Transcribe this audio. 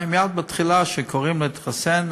מייד בהתחלה כשקראו להתחסן,